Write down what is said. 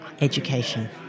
education